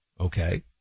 Okay